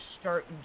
start